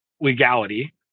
legality